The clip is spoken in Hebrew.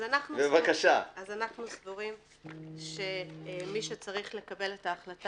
אז אנחנו סבורים שמי שצריך לקבל את ההחלטה